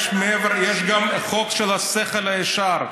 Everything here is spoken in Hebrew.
מעבר לזה יש גם החוק של השכל הישר.